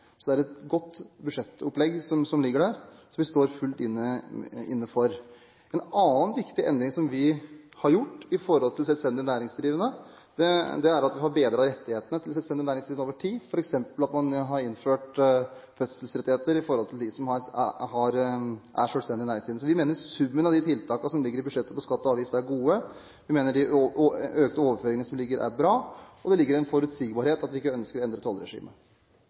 Så det er et godt budsjettopplegg som ligger der, og som vi står fullt inne for. En annen viktig endring som vi har gjort i forhold til selvstendig næringsdrivende, er å bedre rettighetene deres over tid. Vi har f.eks. innført fødselsrettigheter for selvstendig næringsdrivende. Så vi mener at summen av de tiltakene som ligger i budsjettet på skatter og avgifter, er god, og vi mener de økte overføringene som ligger der, er bra. Det ligger en forutsigbarhet i at vi ikke ønsker å endre